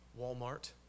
Walmart